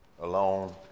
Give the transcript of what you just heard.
alone